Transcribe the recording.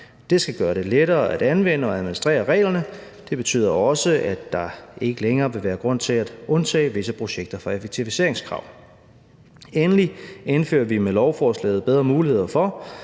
Det skal gøre det lettere at anvende og administrere reglerne. Det betyder også, at der ikke længere vil være grund til at undtage visse projekter fra effektiviseringskrav. Endelig og for det fjerde indfører vi med lovforslaget bedre muligheder for